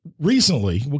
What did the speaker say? recently